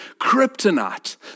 kryptonite